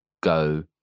go